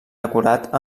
decorat